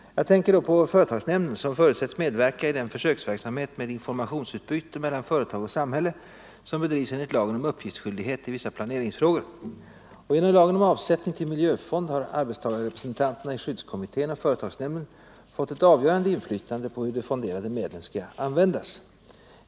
Jag tänker på företagsnämnden, som förutsätts medverka i den försöksverksamhet med informationsutbyte mellan företag och samhälle som bedrivs enligt lagen om uppgiftsskyldighet i vissa planeringsfrågor. Och genom lagen om avsättning till miljöfond har arbetstagarrepresentanterna i skyddskommittén och företagsnämnden fått ett avgörande inflytande på hur de fonderade medlen skall användas.